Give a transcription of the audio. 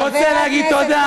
אני רוצה להגיד תודה,